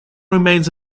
remains